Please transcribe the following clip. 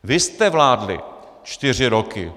Vy jste vládli čtyři roky.